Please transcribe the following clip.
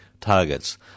targets